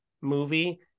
movie